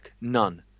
none